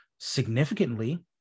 significantly